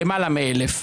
למעלה מ-1,000.